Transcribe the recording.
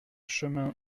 chemin